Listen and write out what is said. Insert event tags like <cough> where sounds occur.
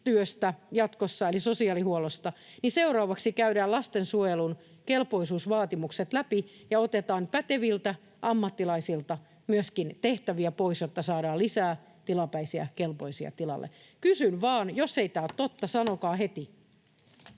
sosiaalityöstä eli sosiaalihuollosta, niin seuraavaksi käydään lastensuojelun kelpoisuusvaatimukset läpi ja otetaan päteviltä ammattilaisilta myöskin tehtäviä pois, jotta saadaan lisää tilapäisiä kelpoisia tilalle? Kysyn vaan. Jos ei tämä <noise> ole totta, sanokaa heti.